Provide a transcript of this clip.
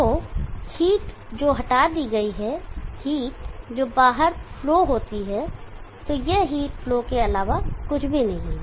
तो हीट जो हटा दी गई है हीट जो बाहर फ्लो होती है तो यह हीट फ्लो के अलावा कुछ भी नहीं है